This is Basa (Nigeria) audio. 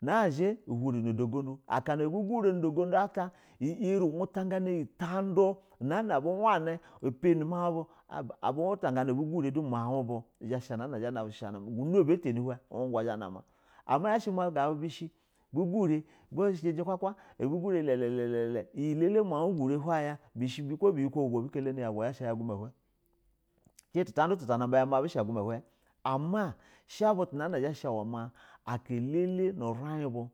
nazhi uhuri nu do ugudu, aka na abu ghri nu da ulgudu at uwuta gana iyi utand nana a bu hlani pani mau mubul abu hutar gani abu tani uhin mubu do haba gunu ata tani uhe mua bu ughla zhaya na ma gabu bishɛ bugure bu jiji kuwa bu gure lelele iyi elele mubu she buyikwo bu ya abu kalani hwe ya cin tuntanda tutana na ba ma bushɛ a guma ihew. Ama sha butu uwe ma aka elele nu um bu.